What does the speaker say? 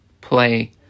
Play